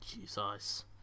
Jesus